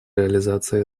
реализации